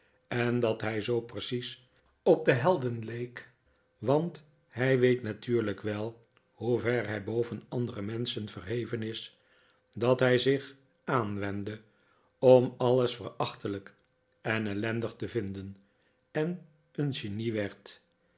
en dat hij zoo precies op de helden leek want hij weet natuurlijk wel hoever hij boven andere menschen verheven is dat hij zich aanwende om alles verachtelijk en ellendig te vinden en een